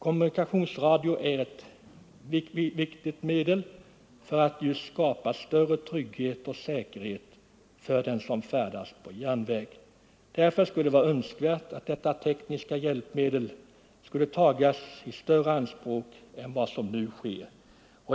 Kommunikationsradio är ett viktigt medel för att just skapa större trygghet och säkerhet för dem som färdas på järnväg. Därför skulle det vara Önskvärt att detta tekniska hjälpmedel i större utsträckning utnyttjades än vad som sker.